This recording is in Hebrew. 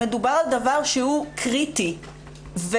מדובר על דבר שהוא קריטי וסופר,